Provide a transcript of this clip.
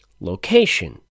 location